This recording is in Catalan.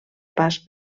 pas